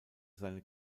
seine